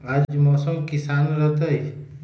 आज मौसम किसान रहतै?